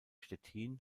stettin